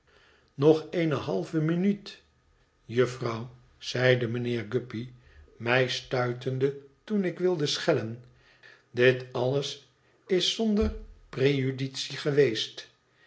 nog eene halve minuut jufvrouw zeide mijnheer guppy mij stuitende toen ik wilde schellen dit alles is zonder prejudicie geweest